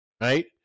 right